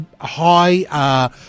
high